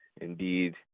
indeed